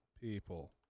people